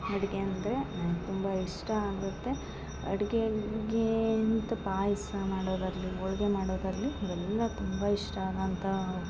ಅಡ್ಗೆ ಅಂದರೆ ನನಗೆ ತುಂಬ ಇಷ್ಟ ಆಗುತ್ತೆ ಅಡ್ಗೆ ಹಂಗೆ ಅಂತ ಪಾಯಸ ಮಾಡೋದಾಗಲಿ ಹೋಳ್ಗೆ ಮಾಡೋದಾಗಲಿ ಇವೆಲ್ಲ ತುಂಬ ಇಷ್ಟ ಅಂತ